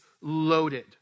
loaded